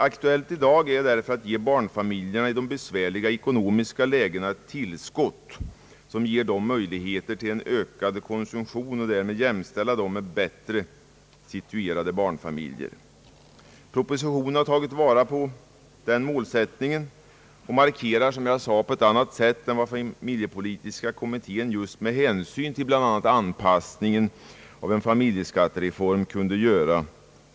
Aktuellt i dag är därför att ge barnfamiljer i besvärliga ekonomiska lägen ett tillskott, som ger dem möjlighet till en ökad konsumtion och därmed jämställa dem med bättre situerade barnfamiljer. Propositionen har tagit vara på den målsättningen och markerat detta på ett annat sätt än vad familjepolitiska kommittén gjort med hänsyn till bl.a. anpassning till en familjeskattereform.